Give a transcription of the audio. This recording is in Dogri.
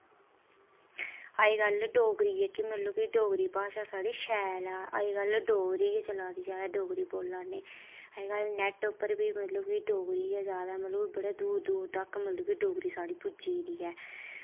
अज्जकल डोगरी जेह्की मतलब कि डोगरी भाशा साढ़ी शैल ऐ अज्जकल डोगरी गै चला दी ज्यादा डोगरी बोल्ला ने अज्जकल नेट उप्पर बी मतलब कि डोगरी गै ज्यादा मतलब बड़े दूर दूर तक मतलब की डोगरी साढ़ी पुज्जी दी ऐ